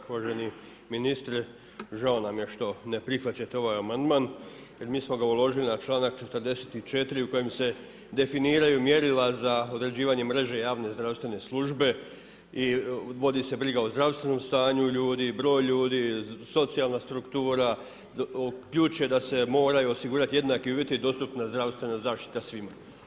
Uvaženi ministre, žao nam je što ne prihvaćate ovaj amandman jer mi smo ga uložili na članak 44. u kojem se definiraju mjerila za određivanje mreže javne zdravstven službe i vodi se briga o zdravstvenom stanju ljudi, broj ljudi, socijalna struktura, ključ je da se moraju osigurati jednaki uvjeti, dostupna zdravstvena zaštita svima.